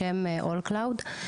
בשם אול קלאוד,